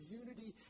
unity